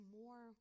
more